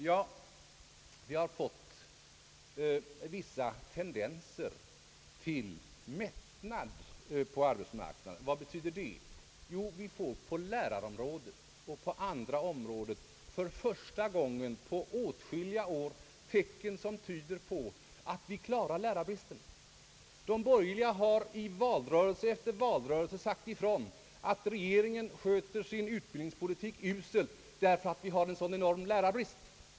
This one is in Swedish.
Jo, det har uppstått vissa tendenser till mättnad på arbetsmarknaden. Vad betyder det? Det betyder att vi på lärarområdet och på andra områden för första gången på åtskilliga år fått tecken som tyder på att vi klarar bristen på arbetskraft. De borgerliga har i valrörelse efter valrörelse sagt ifrån att regeringen sköter utbildningen uselt, därför att det är en sådan enorm brist på lärare.